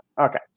Okay